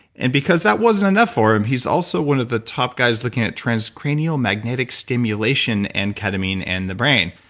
and because that wasn't enough for him, he's also one of the top guys looking at transcranial magnetic stimulation and ketamine in and the brain.